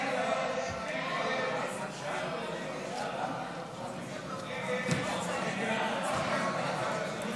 ההצעה להעביר לוועדה את הצעת חוק שירות המילואים (תיקון,